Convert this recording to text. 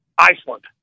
Iceland